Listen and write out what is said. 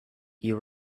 you